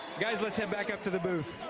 guys, let's head back up to the booth.